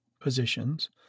positions